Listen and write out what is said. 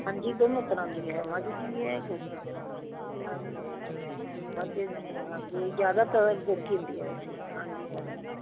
ਹਾਂਜੀ ਦੋਵੇਂ ਤਰ੍ਹਾਂ ਦੀ ਹੈ ਮੱਝ ਦੀ ਵੀ ਹੈ ਗੋਪੀ ਤਰ੍ਹਾਂ ਦੀ ਹਾਂਜੀ ਮੱਝ ਦੀ ਹਾਂਜੀ ਜ਼ਿਆਦਾਤਰ ਗੋਕੀ ਹੁੰਦੀ ਹੈ ਲੱਸੀ ਹਾਂਜੀ ਹਾਂਜੀ